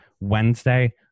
Wednesday